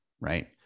right